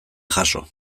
jaso